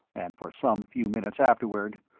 and for some few minutes afterward,